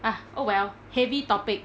uh oh well heavy topic